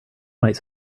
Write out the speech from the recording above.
might